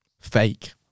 fake